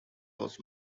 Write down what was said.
was